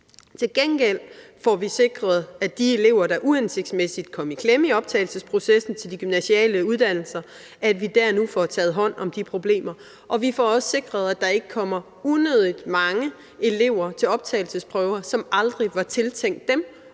Til gengæld får vi sikret, at vi med hensyn til de elever, der uhensigtsmæssigt kom i klemme i optagelsesprocessen til de gymnasiale uddannelser, nu får taget hånd om de problemer, og vi får også sikret, at der ikke kommer unødigt mange elever til optagelsesprøver, som aldrig var tiltænkt dem,